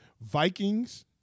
Vikings